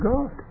God